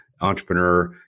entrepreneur